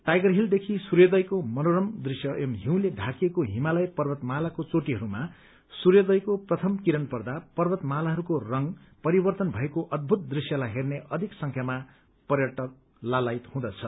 tiger हिलदेखि सूर्योदयको मनोरम दृश्य एवं हिउँले ढाकिएको हिमालय पर्वतमालाको चोटीहरूमा सूर्योदयको प्रथम किरण पर्दा पर्वतमालाहरूको रंग परिवर्तन भएको अद्भूत दृश्यलाई हेर्न अधिक संख्यामा पर्यटक लालायित हुँदछ